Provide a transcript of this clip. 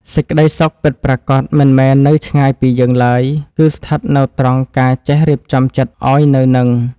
សេចក្តីសុខពិតប្រាកដមិនមែននៅឆ្ងាយពីយើងឡើយគឺស្ថិតនៅត្រង់ការចេះរៀបចំចិត្តឱ្យនៅនឹង។